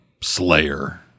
Slayer